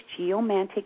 geomantic